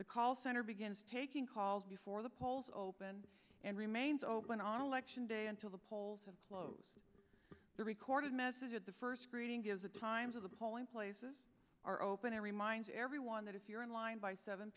the call center begins taking calls before the polls open and remains open on election day until the polls have closed the recorded message at the first reading is the times of the polling places are open i remind everyone that if you're in line by seven